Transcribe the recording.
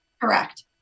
Correct